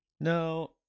No